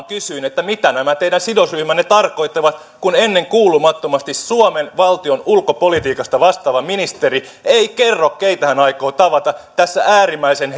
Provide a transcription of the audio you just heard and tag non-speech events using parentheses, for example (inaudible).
(unintelligible) kysyin mitä nämä teidän sidosryhmänne tarkoittavat kun ennenkuulumattomasti suomen valtion ulkopolitiikasta vastaava ministeri ei kerro keitä hän aikoo tavata tässä äärimmäisen (unintelligible)